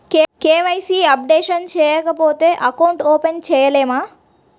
KYC updation చేయకపోతే account open చేయలేమా?